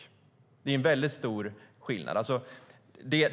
Det är väldigt stor skillnad.